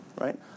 right